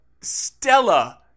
Stella